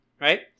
right